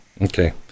okay